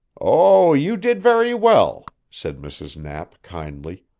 oh, you did very well, said mrs. knapp kindly,